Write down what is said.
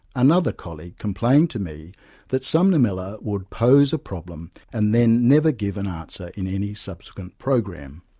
another colleague complained to me that sumner miller would pose a problem and then never give an answer in any subsequent program.